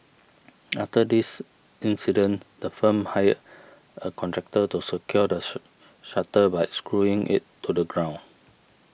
after this incident the firm hired a contractor to secure the shutter by screwing it to the ground